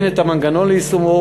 את המנגנון ליישומו,